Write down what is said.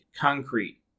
concrete